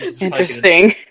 Interesting